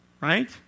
right